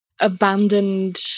abandoned